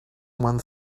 one